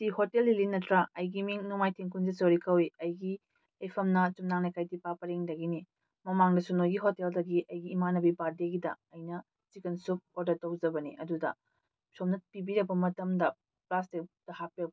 ꯁꯤ ꯍꯣꯇꯦꯜ ꯂꯤꯂꯤ ꯅꯠꯇ꯭ꯔꯥ ꯑꯩꯒꯤ ꯃꯤꯡ ꯅꯣꯡꯃꯥꯏꯊꯑꯦꯝ ꯀꯨꯟꯖꯦꯁꯣꯔꯤ ꯀꯧꯏ ꯑꯩꯒꯤ ꯂꯩꯐꯝꯅ ꯌꯨꯝꯅꯥꯝ ꯂꯩꯀꯥꯏ ꯗꯤꯄꯥ ꯄꯔꯦꯡꯗꯒꯤꯅꯤ ꯃꯃꯥꯡꯗꯁꯨ ꯅꯣꯏꯒꯤ ꯍꯣꯇꯦꯜꯗꯒꯤ ꯑꯩꯒꯤ ꯏꯃꯥꯟꯅꯕꯤ ꯄꯥꯔꯇꯤꯒꯤꯗ ꯑꯩꯅ ꯆꯤꯀꯟ ꯁꯨꯞ ꯑꯣꯗꯔ ꯇꯧꯖꯕꯅꯦ ꯑꯗꯨꯗ ꯁꯣꯝꯅ ꯄꯤꯕꯤꯔꯛꯄ ꯃꯇꯝꯗ ꯄꯂꯥꯁꯇꯤꯛꯇ